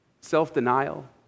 self-denial